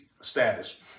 status